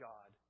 God